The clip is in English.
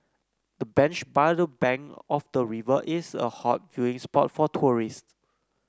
the bench by the bank of the river is a hot viewing spot for tourists